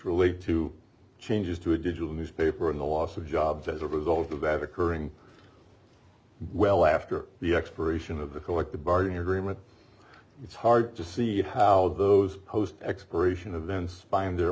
relate to changes to a digital newspaper and the loss of jobs as a result of that occurring well after the expiration of the collective bargaining agreement it's hard to see how those host expiration